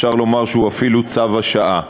אפשר לומר אפילו שהוא צו השעה.